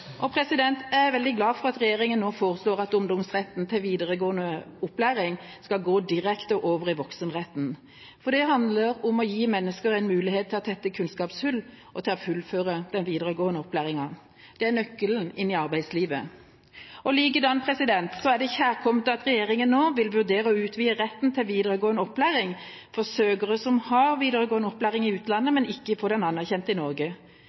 til utdanning. Jeg er veldig glad for at regjeringa nå foreslår at ungdomsretten til videregående opplæring skal gå direkte over i voksenretten. For det handler om å gi mennesker en mulighet til å tette kunnskapshull og til å fullføre den videregående opplæringen. Det er nøkkelen inn i arbeidslivet. Likedan er det kjærkomment at regjeringa nå vil vurdere å utvide retten til videregående opplæring for søkere som har videregående opplæring i utlandet, men ikke får den anerkjent i Norge.